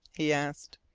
he asked.